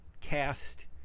cast